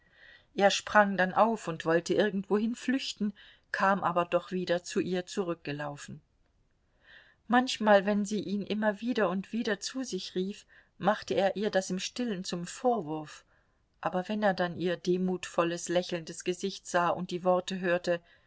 er sprang dann auf und wollte irgendwohin flüchten kam aber doch wieder zu ihr zurückgelaufen manchmal wenn sie ihn immer wieder und wieder zu sich rief machte er ihr das im stillen zum vorwurf aber wenn er dann ihr demutvolles lächelndes gesicht sah und die worte hörte